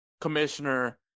commissioner